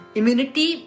Immunity